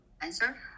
answer